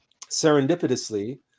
Serendipitously